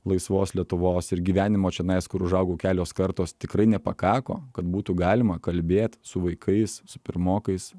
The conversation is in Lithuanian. laisvos lietuvos ir gyvenimo čionais kur užaugau kelios kartos tikrai nepakako kad būtų galima kalbėt su vaikais su pirmokais